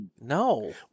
No